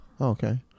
Okay